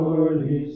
Holy